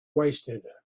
wasted